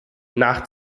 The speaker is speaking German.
nach